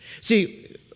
See